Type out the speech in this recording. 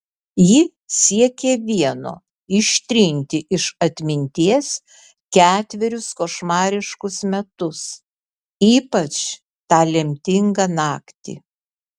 ji siekė vieno ištrinti iš atminties ketverius košmariškus metus ypač tą lemtingą naktį